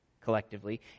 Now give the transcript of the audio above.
collectively